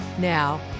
now